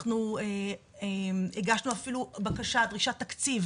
אנחנו הגשנו אפילו בקשה ודרישת תקציב